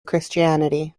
christianity